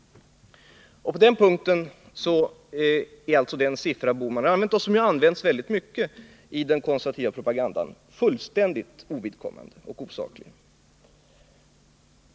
På den punkten är alltså den siffra som Gösta Bohman använt — och som ju används mycket ofta i den konservativa propagandan — fullständigt ovidkommande och osaklig.